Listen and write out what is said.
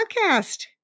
podcast